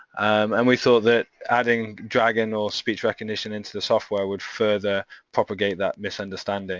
and we thought that adding dragon or speech recognition into the software would further propagate that misunderstanding